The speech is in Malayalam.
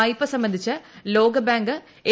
വായ്പ സംബന്ധിച്ച് ലോകബാങ്ക് എ